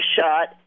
shot